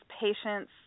patience